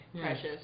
precious